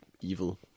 evil